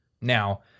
now